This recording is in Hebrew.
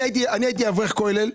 אני הייתי אברך כולל,